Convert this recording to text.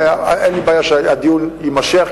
אין לי בעיה שהדיון יימשך,